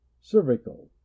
Cervical